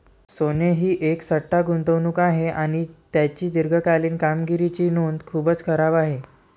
सोने ही एक सट्टा गुंतवणूक आहे आणि त्याची दीर्घकालीन कामगिरीची नोंद खूपच खराब आहे